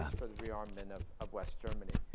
ah the re-armament of of west germany.